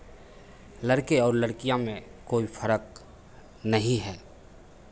लड़के और लड़कियां में कोई फ़र्क नहीं है